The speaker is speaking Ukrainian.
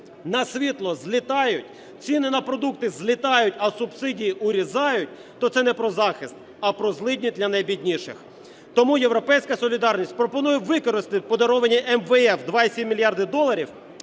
на світло – злітають, ціни на продукти – злітають, а субсидії урізають, то це не про захист, а про злидні для найбідніших. Тому "Європейська солідарність" пропонує використати подаровані МВФ 2,7 мільярда доларів